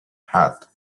heart